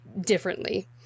differently